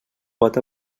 pot